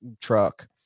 truck